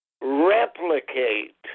replicate